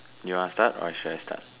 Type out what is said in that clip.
you want to start or should I start